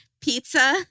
Pizza